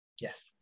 Yes